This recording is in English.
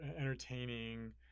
entertaining